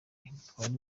batwara